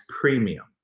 premium